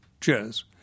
cheers